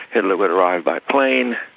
hitler would arrive by plane,